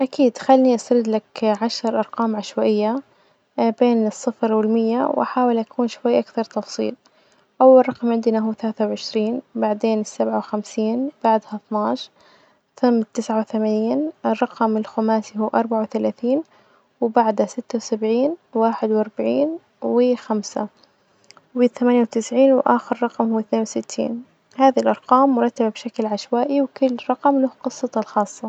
أكيد خلني أسرد لك عشر أرقام عشوائية بين الصفر والمية، وأحاول أكون شوية أكثر تفصيل، أول رقم عندنا هو ثلاثة وعشرين، بعدين سبعة وخمسين، بعدها اثناعش ثم تسعة وثمانين، الرقم الخماسي هو أربعة وثلاثين، وبعدها ستة وسبعين، واحد وأربعين وخمسة، وثمانية وتسعين، وأخر رقم هو اثنين وستين، هذي الأرقام مرتبة بشكل عشوائي وكل رقم له قصته الخاصة.